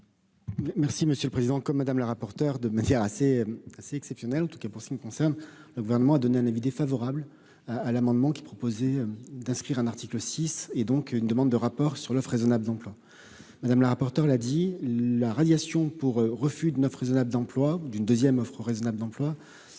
monsieur le président, comme Madame, la rapporteure de manière assez, assez exceptionnel en tout cas pour ce qui me concerne, le gouvernement a donné un avis défavorable à l'amendement qui proposait d'inscrire un article 6 et donc une demande de rapport sur l'offre raisonnable d'emploi madame la rapporteure là dit la radiations pour refus de 9 raisonnable d'emploi d'une 2ème offre raisonnable d'emploi